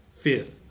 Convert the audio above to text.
Fifth